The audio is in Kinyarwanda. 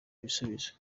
ibisubizo